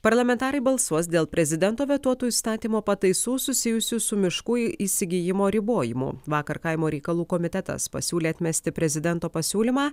parlamentarai balsuos dėl prezidento vetuotų įstatymo pataisų susijusių su miškų įsigijimo ribojimu vakar kaimo reikalų komitetas pasiūlė atmesti prezidento pasiūlymą